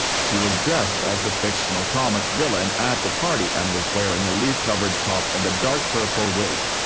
she was dressed as the fictional comic villain at the party and was wearing a leaf-covered top and a dark purple wig.